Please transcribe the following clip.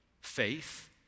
faith